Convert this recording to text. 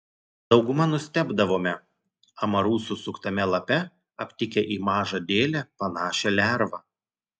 dauguma nustebdavome amarų susuktame lape aptikę į mažą dėlę panašią lervą